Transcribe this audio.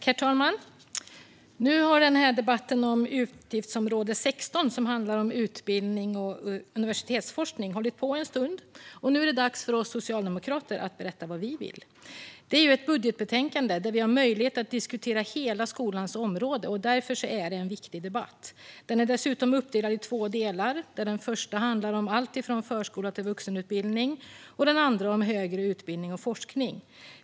Herr talman! Nu har den här debatten om utgiftsområde 16, som handlar om utbildning och universitetsforskning, hållit på en stund. Nu är det dags för oss socialdemokrater att berätta vad vi vill. Detta är ju ett budgetbetänkande där vi har möjlighet att diskutera hela skolans område, och därför är det en viktig debatt. Den är dessutom uppdelad i två delar, där den första handlar om allt från förskola till vuxenutbildning och den andra om högre utbildning och forskning.